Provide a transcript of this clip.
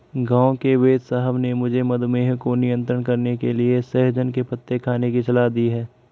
गांव के वेदसाहब ने मुझे मधुमेह को नियंत्रण करने के लिए सहजन के पत्ते खाने की सलाह दी है